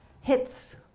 hits